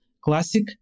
classic